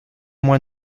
moins